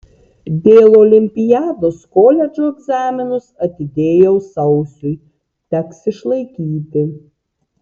dėl olimpiados koledžo egzaminus atidėjau sausiui teks išlaikyti